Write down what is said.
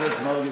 בנשימה אחת.